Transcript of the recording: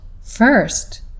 first